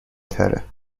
تره